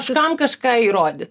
kažkam kažką įrodyt